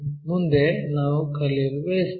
ಮುಂದೆ ನಾವು ಕಲಿಯಲು ಬಯಸುತ್ತೇವೆ